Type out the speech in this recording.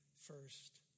first